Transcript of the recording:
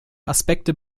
aspekte